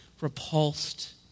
repulsed